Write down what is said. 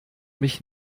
mich